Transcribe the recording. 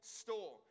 store